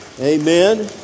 Amen